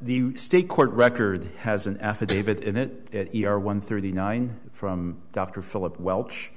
the state court record has an affidavit in it at one thirty nine from dr philip welch